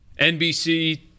NBC